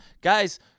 Guys